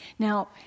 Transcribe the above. Now